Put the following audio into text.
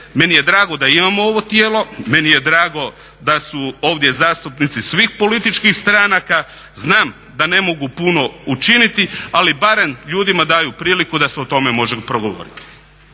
meni je drago da imamo ovo tijelo, meni je drago da su ovdje zastupnici svih političkih stranaka, znam da ne mogu puno učiniti ali barem ljudima daju priliku da se o tome može progovoriti.